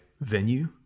venue